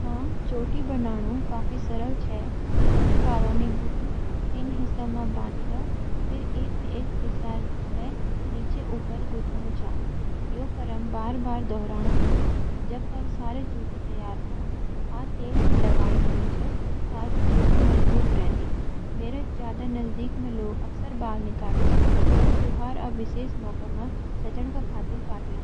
हाँ, चोटी बनाणु काफी सरल छै। पैलि बालों नी गुथि तिन हिस्सों म बांटि लां, फेरि एक-एक हिस्सा ल कै नीचे-ऊपर गुथणु छ। यो क्रम बार-बार दोहरौणु पड़ी, जब तक सारी चोटी तैयार ना हो। आ तेल भी लगाणि पड़ी छै, ता चोटी मजबूत रैदी। हां मेरा आसपास लोग बालू की चोटी बनाई के रख दा।